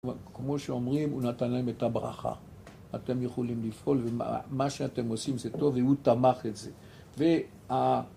כמו שאומרים, הוא נתן להם את הברכה. אתם יכולים לפעול, ומה שאתם עושים זה טוב, והוא תמך את זה. וה...